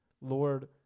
Lord